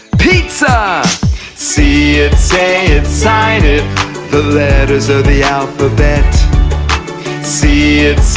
pizza see it, say it, sign it the letters of the alphabet see it,